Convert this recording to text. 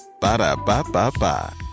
Ba-da-ba-ba-ba